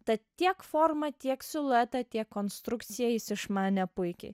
tad tiek formą tiek siluetą tiek konstrukciją jis išmanė puikiai